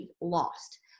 lost